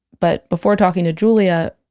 but before talking to julia,